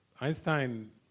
Einstein